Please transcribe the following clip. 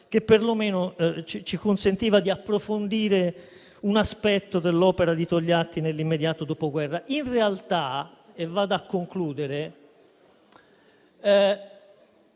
che, perlomeno, ci consentiva di approfondire un aspetto dell'opera di Togliatti nell'immediato Dopoguerra. In realtà, dobbiamo riconoscere